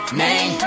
name